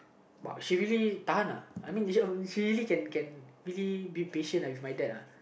but she really tahan ah I mean she she really can can really be patient uh with my dad uh